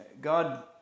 God